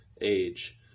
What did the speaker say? age